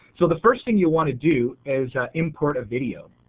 so the first thing you want to do is import a video.